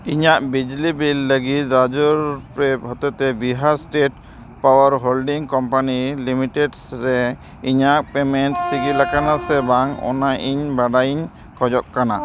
ᱤᱧᱟᱹᱜ ᱵᱤᱡᱽᱞᱤ ᱵᱤᱞ ᱞᱟᱹᱜᱤᱫ ᱨᱟᱡᱳᱨᱯᱮ ᱦᱚᱛᱮ ᱛᱮ Bihar state power holding company limited ᱨᱮ ᱤᱧᱟᱹᱜ ᱯᱮᱢᱮᱱᱴ ᱥᱤᱸᱜᱤᱞ ᱟᱠᱟᱱᱟ ᱥᱮ ᱵᱟᱝ ᱚᱱᱟ ᱤᱧ ᱵᱟᱰᱟᱭᱤᱧ ᱠᱷᱚᱡᱚᱜ ᱠᱟᱱᱟ